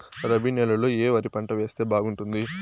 రబి నెలలో ఏ వరి పంట వేస్తే బాగుంటుంది